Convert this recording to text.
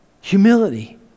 Humility